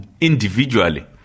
individually